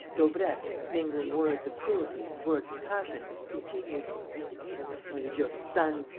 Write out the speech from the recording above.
daubrecq, mingling words of cruelty and words of passion, continued save your son.